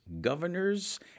governors